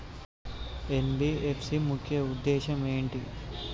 NBFC ముఖ్య ఉద్దేశం ఏంటి?